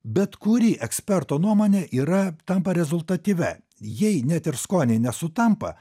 bet kuri eksperto nuomonė yra tampa rezultatyvia jei net ir skoniai nesutampa